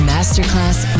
Masterclass